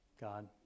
God